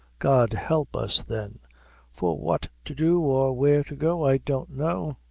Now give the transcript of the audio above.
god help us, then for what to do or where to go i don't know.